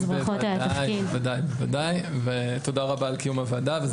אז ברכות על התפקיד.) תודה רבה על קיום הישיבה.